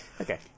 Okay